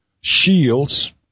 shields